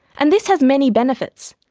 and this has many benefits.